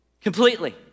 completely